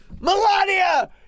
Melania